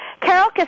Carol